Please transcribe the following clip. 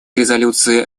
резолюции